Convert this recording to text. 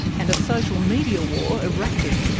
and a social media war erupted.